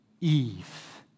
Eve